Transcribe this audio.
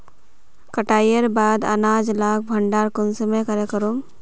कटाईर बाद अनाज लार भण्डार कुंसम करे करूम?